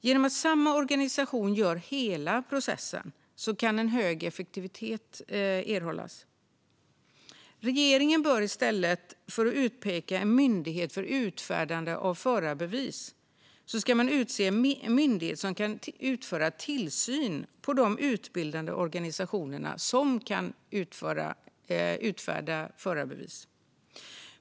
Genom att samma organisation genomför hela processen kan en hög effektivitet erhållas. Regeringen bör i stället för att utpeka en myndighet för utfärdande av förarbevis utse en myndighet som ska utföra tillsyn av de utbildande organisationer som kan utfärda förarbevis.